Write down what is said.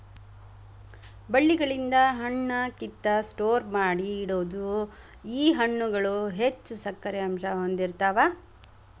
ಬಳ್ಳಿಗಳಿಂದ ಹಣ್ಣ ಕಿತ್ತ ಸ್ಟೋರ ಮಾಡಿ ಇಡುದು ಈ ಹಣ್ಣುಗಳು ಹೆಚ್ಚು ಸಕ್ಕರೆ ಅಂಶಾ ಹೊಂದಿರತಾವ